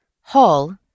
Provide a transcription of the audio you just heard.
hall